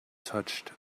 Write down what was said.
touched